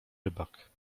rybak